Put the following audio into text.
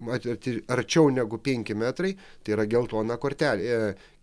mat arti arčiau negu penki metrai tai yra geltona kortelė